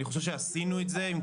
אני חושב שעשינו את זה.